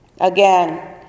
Again